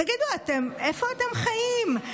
תגידו, איפה אתם חיים?